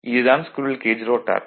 இது தான் squirrel cage rotor